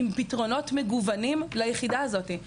עם פתרונות מגוונים ליחידה הזאת.